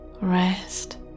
rest